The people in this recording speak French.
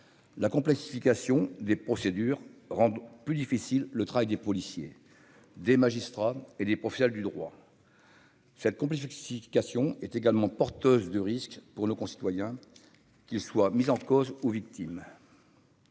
la complexification des procédures plus difficile le travail des policiers, des magistrats et des professeurs du droit. Cette complexification est également porteuse de risques pour nos concitoyens, qu'ils soient mises en cause aux victimes.